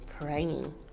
praying